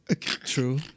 True